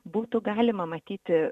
būtų galima matyti